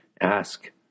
Ask